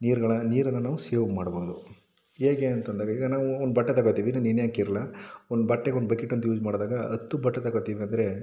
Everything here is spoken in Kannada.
ನೀರುಗಳನ್ನ ನೀರನ್ನು ನಾವು ಸೇವ್ ಮಾಡಬಹುದು ಹೇಗೆ ಅಂತ ಅಂದಾಗ ಈಗ ನಾವು ಒಂದು ಬಟ್ಟೆ ತಗೊಳ್ತೀವಿ ನೆನೆ ಹಾಕಿ ಇರೋಲ್ಲ ಒಂದು ಬಟ್ಟೆಗೆ ಒಂದು ಬಕೆಟ್ ಅಂತ ಯೂಸ್ ಮಾಡಿದಾಗ ಹತ್ತು ಬಟ್ಟೆ ತಗೊಳ್ತೀವಿ ಅಂದರೆ